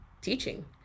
teaching